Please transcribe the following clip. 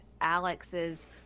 Alex's